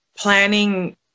Planning